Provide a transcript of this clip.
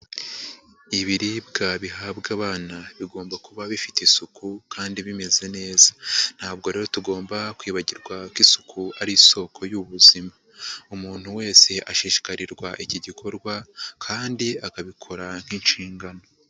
Ibiribwa bihabwa abana bigomba kuba bifite isuku kandi bimeze neza, ntabwo rero tugomba kwibagirwa ko isuku ari isoko y'ubuzima, umuntu wese ashishikarirwa iki gikorwa kandi akabikora nk'inshingano.